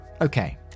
Okay